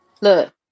Look